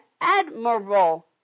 admirable